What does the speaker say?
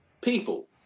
people